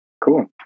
Cool